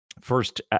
First